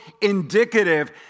indicative